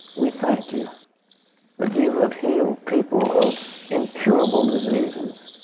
we thank you that you have healed people of incurable diseases.